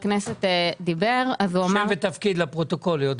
ותפקיד, לפרוטוקול.